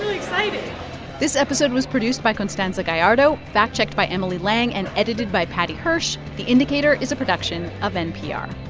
excited this episode was produced by constanza gallardo, fact-checked by emily lang and edited by paddy hirsch. the indicator is a production of npr